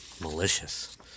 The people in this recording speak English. malicious